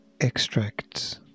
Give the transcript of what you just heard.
Extracts